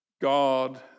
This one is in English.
God